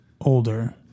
older